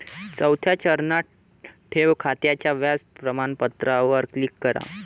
चौथ्या चरणात, ठेव खात्याच्या व्याज प्रमाणपत्रावर क्लिक करा